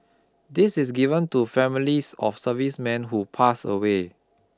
this is given to families of servicemen who pass away